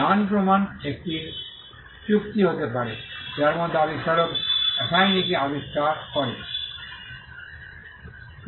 ডান প্রমান একটি নিয়োগ চুক্তি হতে পারে যার মধ্যে আবিষ্কারক অ্যাসিনিকে আবিষ্কার আবিষ্কার করে